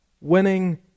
Winning